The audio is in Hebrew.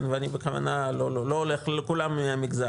ואני בכוונה לא הולך לכולם מהמגזר